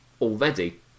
already